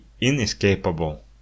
inescapable